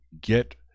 get